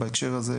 בהקשר הזה,